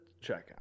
checkout